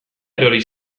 erori